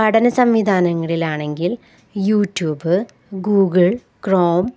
പഠന സംവിധാനങ്ങളിലാണെങ്കിൽ YouTube Google Chrome